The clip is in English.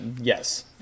Yes